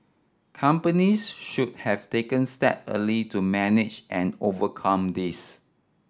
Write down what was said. companies should have taken step early to manage and overcome this